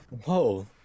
Whoa